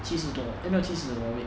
七十多 eh 没有七十我的 weight